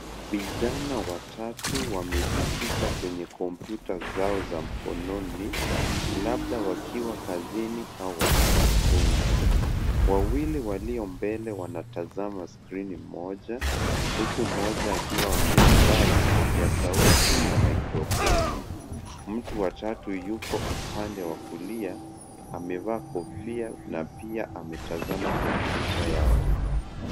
Vijana watatu wamejikita kwenye kompyuta zao za mkononi, labda wakiwa kazini au wakijifunza. Wawili walio mbele wanatazama skrini moja huku mmoja akiwa amevaa vipokea sauti na maikrofoni. Mtu wa tatu yuko upande wa kulia, amevaa kofia na pia ametazama kompyuta yake.